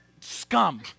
scum